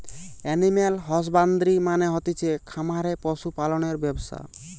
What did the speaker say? animal husbandry মানে হতিছে খামারে পশু পালনের ব্যবসা